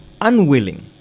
unwilling